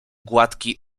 gładki